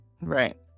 right